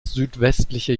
südwestliche